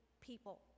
people